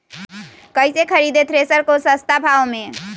कैसे खरीदे थ्रेसर को सस्ते भाव में?